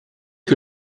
que